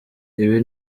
ibi